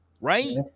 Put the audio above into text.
Right